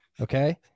Okay